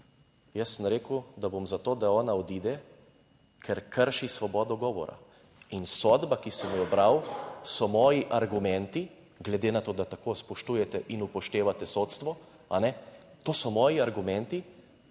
Jaz sem rekel, da bom za to, da ona odide, ker krši svobodo govora. In sodba, ki sem jo bral, so moji argumenti, glede na to, da tako spoštujete in upoštevate sodstvo, a ne, to so moji argumenti,